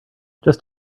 just